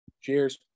cheers